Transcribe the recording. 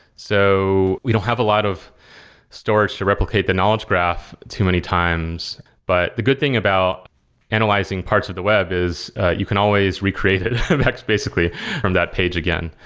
so we don't have a lot of stores to replicate the knowledge graph too many times, but the good thing about analyzing parts of the web is you can always re-create it basically from that page again.